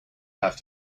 have